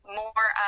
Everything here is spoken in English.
more